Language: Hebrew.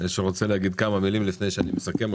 שרוצה להגיד כמה מילים לפני שאני מסכם.